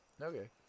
okay